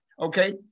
okay